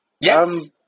Yes